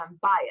bias